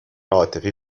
عاطفی